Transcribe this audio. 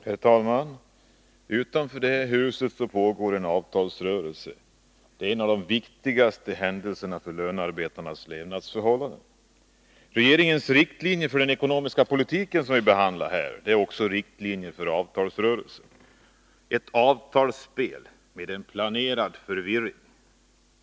Herr talman! Utanför det här huset pågår en avtalsrörelse. Det är en av de viktigaste händelserna för lönarbetarnas levnadsförhållanden. Regeringens riktlinjer för den ekonomiska politiken, som vi nu behandlar här, är också riktlinjer för avtalsrörelsen. Vad som sker är ett avtalsspel med en planerad förvirring.